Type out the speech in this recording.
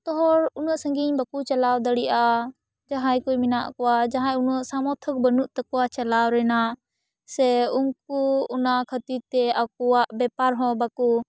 ᱡᱚᱛᱚ ᱦᱚᱲ ᱩᱱᱟᱹᱜ ᱥᱟᱹᱜᱤᱧ ᱵᱟᱠᱚ ᱪᱟᱞᱟᱣ ᱫᱟᱲᱮᱭᱟᱜᱼᱟ ᱡᱟᱦᱟᱸᱭ ᱠᱚ ᱢᱮᱱᱟᱜ ᱠᱚᱣᱟ ᱡᱟᱦᱟᱸᱭ ᱩᱱᱟᱹᱜ ᱥᱟᱢᱚᱨᱛᱷᱚ ᱵᱟᱹᱱᱩᱜ ᱛᱟᱠᱚᱣᱟ ᱪᱟᱞᱟᱣ ᱨᱮᱱᱟᱜ ᱥᱮ ᱩᱱᱠᱩ ᱚᱱᱟ ᱠᱷᱟᱹᱛᱤᱨ ᱛᱮ ᱟᱠᱚᱣᱟᱜ ᱵᱮᱯᱟᱨ ᱦᱚᱸ ᱵᱟᱠᱚ